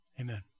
Amen